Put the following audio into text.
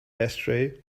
ashtray